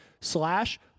slash